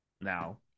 now